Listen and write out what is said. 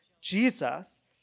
Jesus